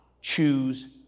choose